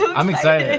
i'm i'm excited. and